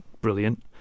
brilliant